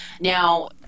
Now